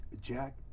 Jack